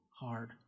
hard